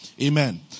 Amen